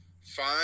fine